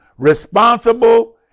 responsible